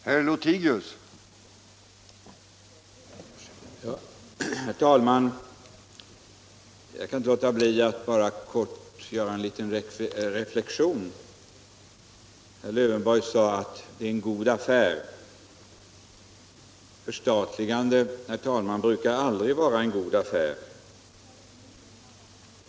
Herr talman! Jag kan inte låta bli att helt kortfattat göra en reflexion. Herr Lövenborg sade att det är en god affär att förstatliga. Men förstatligande, herr talman, brukar inte vara en god affär!